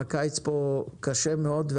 הקיץ פה קשה מאוד,